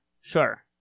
sure